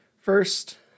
First